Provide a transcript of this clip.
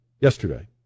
yesterday